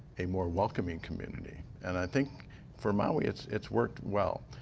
a more welcoming community. and i think for maui, it's it's worked well.